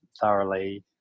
thoroughly